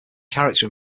character